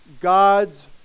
God's